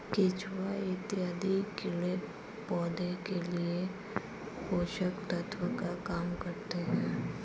केचुआ इत्यादि कीड़े पौधे के लिए पोषक तत्व का काम करते हैं